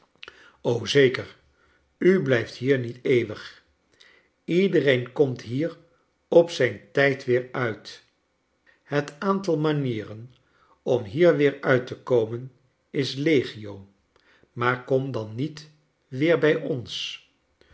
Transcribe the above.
zeker u blijft hier niet eeuwig iedereen komt hier op zijn tijd weer uit het aantal manieren om hier weer uit te komen is legio maar kom dan niet weer bij ons